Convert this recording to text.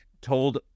told